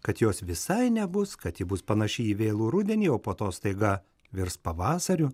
kad jos visai nebus kad ji bus panaši į vėlų rudenį o po to staiga virs pavasariu